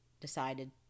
decided